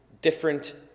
different